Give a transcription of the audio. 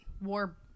War